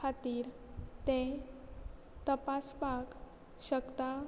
खातीर तें तपासपाक शकता